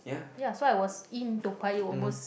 ya so I was in Toa-Payoh almost